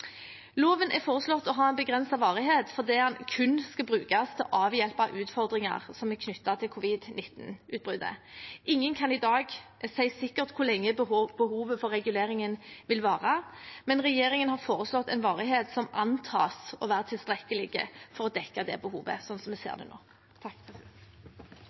Loven er foreslått å ha en begrenset varighet fordi den kun skal brukes til å avhjelpe utfordringer som er knyttet til covid-19-utbruddet. Ingen kan i dag si sikkert hvor lenge behovet for reguleringen vil vare, men regjeringen har foreslått en varighet som antas å være tilstrekkelig for å dekke det behovet, sånn som vi ser